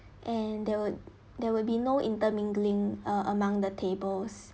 and there will there will be no intermingling uh among the tables